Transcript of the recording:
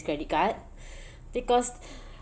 credit card because